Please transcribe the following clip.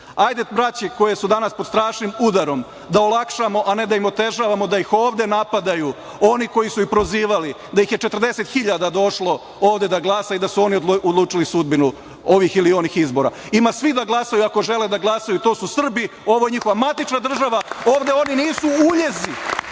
hajde braći koja su danas pod strašnim udarom da olakšamo, a ne da im otežavamo, da ih ovde napadaju oni koji su ih prozvali da ih je 40.000 došlo ovde da glasa i da su oni odlučili sudbinu ovih ili onih izbora. Ima svi da glasaju, ako žele da glasaju, to su Srbi, ovo je njihova matična država, ovde oni nisu uljezi,